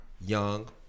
young